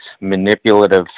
manipulative